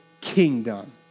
kingdom